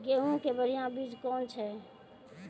गेहूँ के बढ़िया बीज कौन छ?